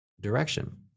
direction